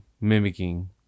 mimicking